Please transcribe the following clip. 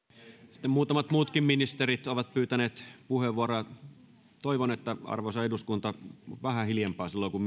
sitten muutamat muutkin ministerit ovat pyytäneet puheenvuoroja toivon arvoisa eduskunta että vähän hiljempaa silloin kun